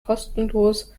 kostenlos